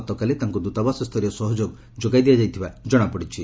ଗତକାଲି ତାଙ୍କୁ ଦୂତାବାସ ସ୍ତରୀୟ ସହଯୋଗ ଯୋଗାଇ ଦିଆଯାଇଥିବା ଜଣାପଡ଼ିଛି